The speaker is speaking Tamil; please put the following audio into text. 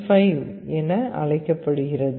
35 என அழைக்கப்படுகிறது